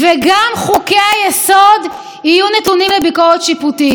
וגם חוקי-היסוד יהיה נתונים לביקורת שיפוטית.